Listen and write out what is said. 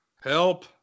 Help